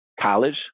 college